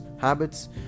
habits